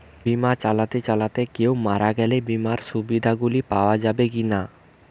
বিমা চালাতে চালাতে কেও মারা গেলে বিমার সুবিধা গুলি পাওয়া যাবে কি না?